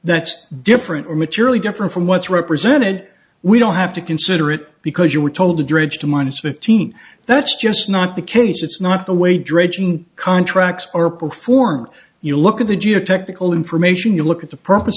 that's different materially different from what's represented we don't have to consider it because you were told to dredge to minus fifteen that's just not the case it's not the way dredging contracts are performed you look at the geotechnical information you look at the purpose